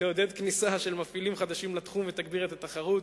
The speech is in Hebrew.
תעודד כניסה של מפעילים חדשים לתחום ותגביר את התחרות,